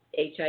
HIV